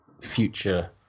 future